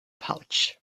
pouch